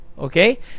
okay